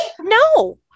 no